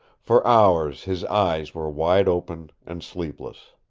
for hours his eyes were wide open and sleepless.